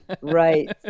Right